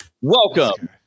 Welcome